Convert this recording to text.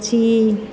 પછી